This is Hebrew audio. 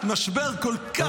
משבר כל כך חשוב.